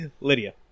Lydia